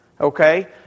Okay